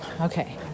Okay